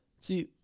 See